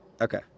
Okay